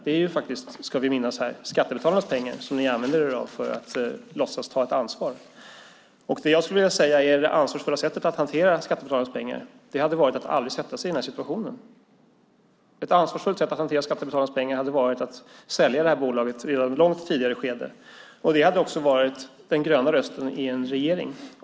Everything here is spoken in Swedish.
Vi ska komma ihåg att det är skattebetalarnas pengar som ni använder er av, Stefan Attefall, för att låtsas ta ett ansvar. Jag skulle vilja säga att det ansvarsfulla sättet att hantera skattebetalarnas pengar hade varit att aldrig försätta sig i den här situationen. Ett ansvarsfullt sätt att hantera skattebetalarnas pengar hade varit att sälja bolaget i ett långt tidigare skede. Det hade också varit den gröna rösten i en regering.